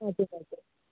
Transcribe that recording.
हजुर हजुर